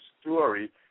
story